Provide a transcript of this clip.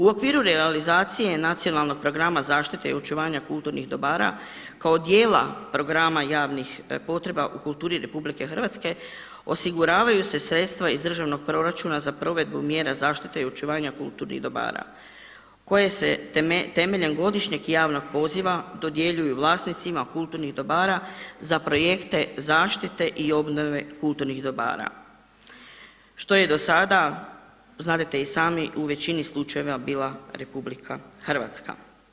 U okviru realizacije nacionalnog programa zaštite i očuvanja kulturnih dobara kao dijela programa javnih potreba u kulturi Republike Hrvatske osiguravaju se sredstva iz državnog proračuna za provedbu mjera zaštite i očuvanja kulturnih dobara koje se temeljem godišnjeg javnog poziva dodjeljuju vlasnicima kulturnih dobara za projekte zaštite i obnove kulturnih dobara što je do sada znadete i sami u većini slučajeva bila Republika Hrvatska.